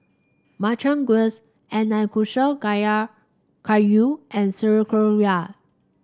Makchang Gui Nanakusa Gayu and Sauerkraut